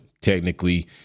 technically